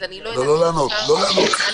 אז אני לא יודעת איך אפשר לאכוף את זה.